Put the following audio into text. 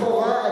לכאורה,